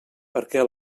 perquè